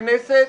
הכנסת